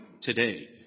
today